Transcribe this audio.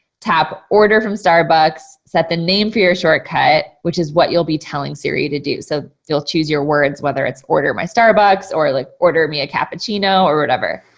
tap order from starbucks, set the name for your shortcut, which is what you'll be telling siri to do. so you'll choose your words, whether it's order my starbucks or like order me a cappuccino or whatever.